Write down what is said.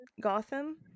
Gotham